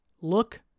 look